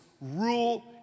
rule